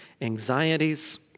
anxieties